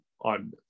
on